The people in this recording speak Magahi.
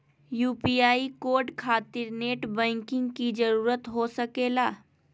यू.पी.आई कोड खातिर नेट बैंकिंग की जरूरत हो सके ला?